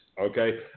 okay